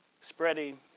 spreading